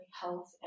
health